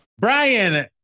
Brian